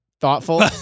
thoughtful